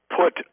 put